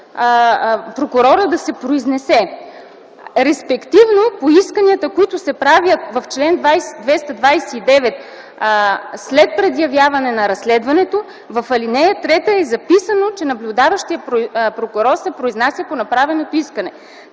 прокурорът да се произнесе. Респективно по исканията, които се правят в чл. 229 след предявяване на разследването, в ал. 3 е записано, че наблюдаващият прокурор се произнася по направеното искане.